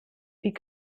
wie